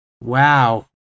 Wow